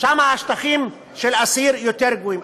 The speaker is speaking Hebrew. שם השטחים יותר גדולים.